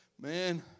Man